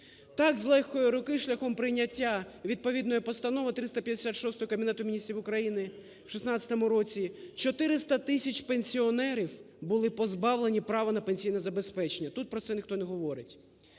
Так з легкої руки шляхом прийняття відповідної Постанови 356 Кабінету Міністрів України у 2016 році 400 тисяч пенсіонерів були позбавлені права на пенсійне забезпечення. Тут про це ніхто не говорить.